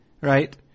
right